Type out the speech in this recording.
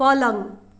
पलङ